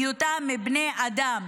בהיותם בני אדם,